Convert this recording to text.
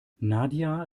nadja